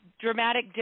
dramatic